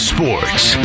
Sports